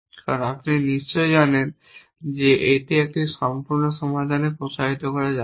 কারণ আপনি নিশ্চয়ই জানেন যে এটি একটি সম্পূর্ণ সমাধানে প্রসারিত করা যাবে না